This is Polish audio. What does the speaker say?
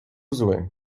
zły